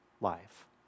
life